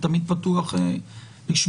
אני תמיד פתוח לשמוע,